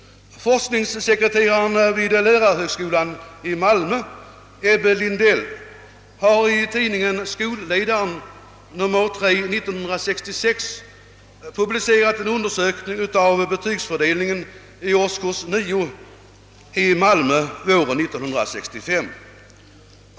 Forskningssekreteraren vid lärarhögskolan i Malmö Ebbe Lindell har i tidningen Skolledaren, nr 3 1966, publicerat en undersökning av betygsfördelningen i årskurs 9 i Malmö våren 1965.